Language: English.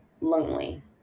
lonely